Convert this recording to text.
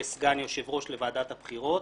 יש סגן יושב ראש לוועדת הבחירות.